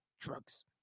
drugs